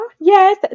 yes